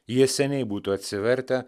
jie seniai būtų atsivertę